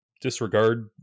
disregard